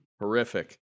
Horrific